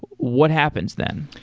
what happens then?